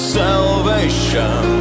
salvation